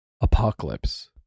Apocalypse